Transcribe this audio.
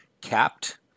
capped